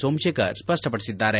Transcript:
ಸೋಮಶೇಖರ್ ಸ್ಪಷ್ಟಪಡಿಸಿದ್ದಾರೆ